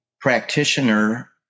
practitioner